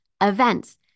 events